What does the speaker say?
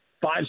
five